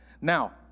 Now